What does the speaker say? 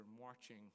marching